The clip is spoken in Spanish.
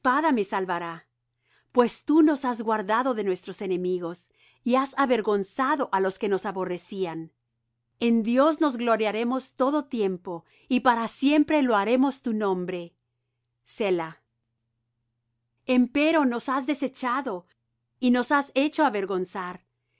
me salvará pues tú nos has guardado de nuestros enemigos y has avergonzado á los que nos aborrecían en dios nos gloriaremos todo tiempo y para siempre loaremos tu nombre selah empero nos has desechado y nos has hecho avergonzar